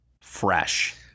fresh